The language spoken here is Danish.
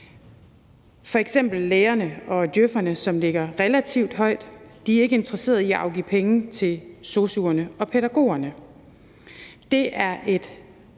F.eks. er lægerne og djøf'erne, som ligger relativt højt, ikke interesserede i at afgive penge til sosu'erne og pædagogerne. Der er et